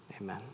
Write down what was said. amen